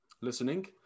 listening